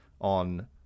on